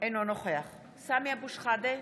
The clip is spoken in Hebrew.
אינו נוכח סמי אבו שחאדה,